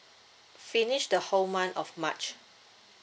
finish the whole month of march